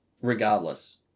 regardless